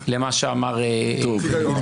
למה שאמר גיל לימון.